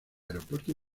aeropuerto